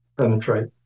penetrate